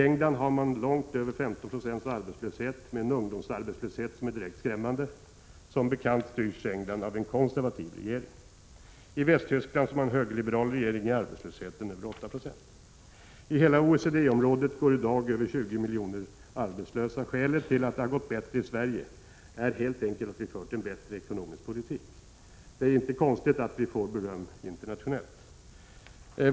I England har man långt över 15 Jo arbetslöshet och en ungdomsarbetslöshet som är direkt skrämmande. Som bekant styrs England av en konservativ regering. I Västtyskland, som har en högerliberal regering, är arbetslösheten över 8 96. I hela OECD området går i dag över 20 miljoner människor arbetslösa. Skälet till att det har gått bättre i Sverige är helt enkelt att vi fört en bättre ekonomisk politik. Det är inte konstigt att vi får beröm internationellt.